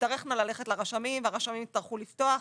תצטרכנה ללכת לרשמים והרשמים יצטרכו לפתוח.